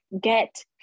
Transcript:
get